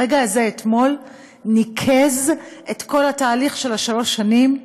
הרגע הזה אתמול ניקז את כל התהליך של שלוש השנים,